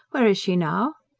where is she now?